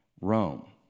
Rome